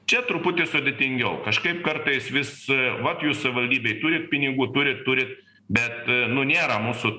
čia truputį sudėtingiau kažkaip kartais visu vat jūs savivaldybėj turi pinigų turi turit bet nu nėra mūsų